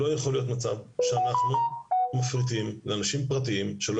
לא יכול להיות מצב שאנחנו מפריטים לאנשים פרטיים שלא